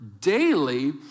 daily